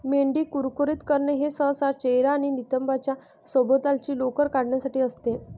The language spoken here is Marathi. मेंढी कुरकुरीत करणे हे सहसा चेहरा आणि नितंबांच्या सभोवतालची लोकर काढण्यासाठी असते